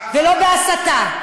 ולא בהסתה.